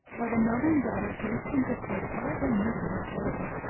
while the mother and daughter hastened to say all they knew in his favour,